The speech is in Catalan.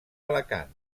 alacant